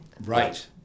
right